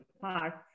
parts